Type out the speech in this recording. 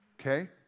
okay